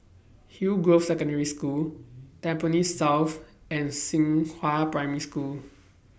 Hillgrove Secondary School Tampines South and Xinghua Primary School